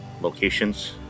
locations